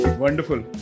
Wonderful